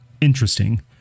interesting